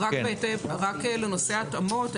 שאלה לנושא ההתאמות.